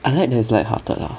I like that it's lighthearted lah